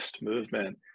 movement